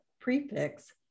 prefix